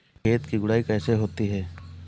खेत की गुड़ाई कैसे होती हैं?